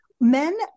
Men